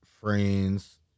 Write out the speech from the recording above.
friends